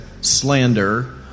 slander